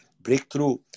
breakthrough